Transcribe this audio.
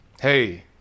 hey